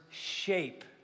Shape